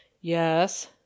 yes